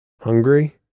Hungry